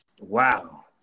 Wow